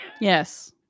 Yes